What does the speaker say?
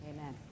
Amen